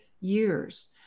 years